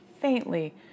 faintly